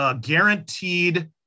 guaranteed